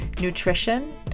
nutrition